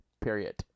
Period